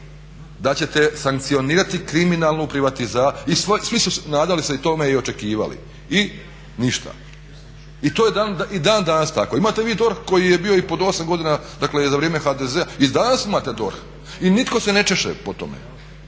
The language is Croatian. da ćete sankcionirati kriminalnu privatizaciju i svi su nadali se tome i očekivali. I ništa. I to je dan danas tako. Imate vi DORH koji je bio i pod 8 godina, dakle za vrijeme HDZ-a i danas imate DORH i nitko se ne češe po tome